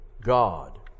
God